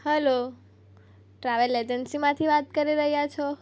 hello travel એજન્સીમાંથી વાત કરી રહ્યા છો